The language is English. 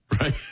Right